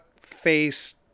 face